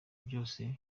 byose